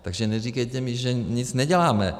Takže neříkejte mi, že nic neděláme.